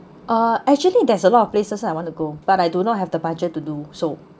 uh actually there's a lot of places I want to go but I do not have the budget to do so